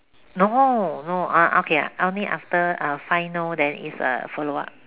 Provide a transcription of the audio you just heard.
no no ah okay only after five no then is a follow up